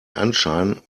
anschein